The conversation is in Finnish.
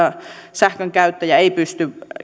sähkön käyttäjä ei pysty